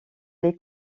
les